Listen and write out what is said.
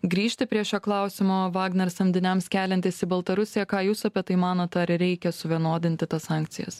grįžti prie šio klausimo vagner samdiniams keliantis į baltarusiją ką jūs apie tai manote ar reikia suvienodinti tas sankcijas